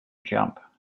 jump